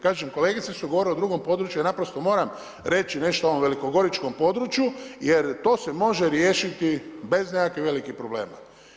Kažem, kolegice su govorile o drugom području, ja naprosto moram reći nešto o ovom velikogoričkom području jer to se može riješiti bez nekakvih velikih problema.